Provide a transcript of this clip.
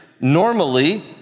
Normally